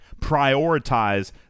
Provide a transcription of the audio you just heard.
Prioritize